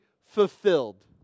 fulfilled